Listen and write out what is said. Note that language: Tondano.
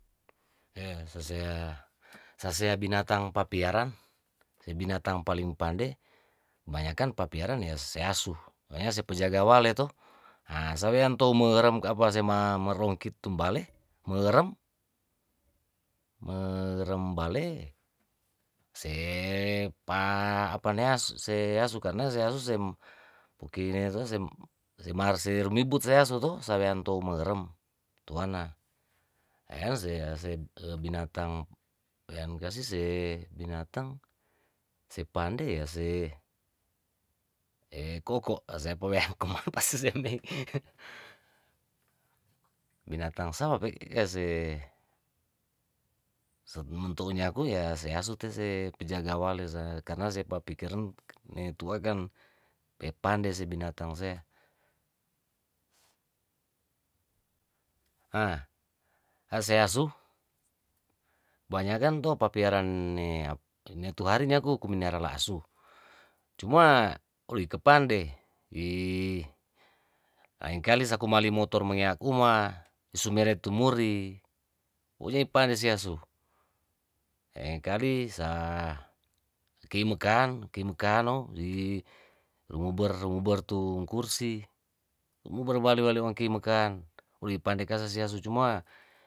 sasea sasea binatang papiara se binatang paling pande yaa kebanyakan papiaraan se asu soalnya pejaga walei to, sawean tou merem ka apasema merongkit tumbale merem merembale se apanea see yaa sukane seasusem pukiini to semar semirbut seasu to sawean tou merem toana ean seae binatang ean kase se binatang se pande ya se koko' aseakaporeang komang pasoaiambing binatang sama pe kase sementou nyaku yaa seasu te se penjaga waley saneran karna se papikiran netua kan pe pande se binatang se. hah aseasu banyakan to papiaraan ne tuhari niaku kuminara la asu cuma orike pande lengkali saku mali motor mangiak uma ni sumere tumuri pokonya pande seasu lengkali saa kiemekang kiemekano rimuber rimuber tungkursi lumuber bale bale mengki mekang wori pande kasaseasu cuma.